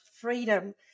freedom